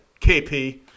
KP